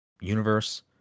universe